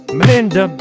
Melinda